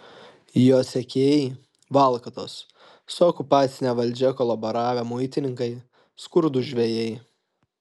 jo sekėjai valkatos su okupacine valdžia kolaboravę muitininkai skurdūs žvejai